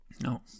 No